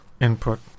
input